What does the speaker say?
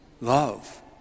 love